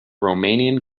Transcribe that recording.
romanian